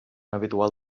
habitual